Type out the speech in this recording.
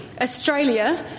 Australia